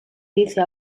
dice